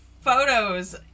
photos